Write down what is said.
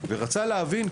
ורצה להבין,